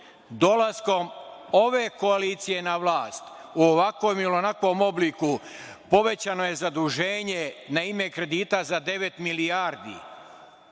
Dolaskom ove koalicije na vlast, u ovakvom ili onakvom obliku povećano je zaduženje kredita za devet milijardi.